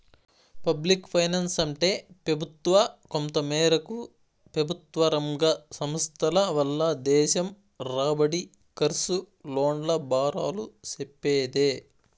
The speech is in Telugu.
పబ్లిక్ ఫైనాన్సంటే పెబుత్వ, కొంతమేరకు పెబుత్వరంగ సంస్థల వల్ల దేశం రాబడి, కర్సు, లోన్ల బారాలు సెప్పేదే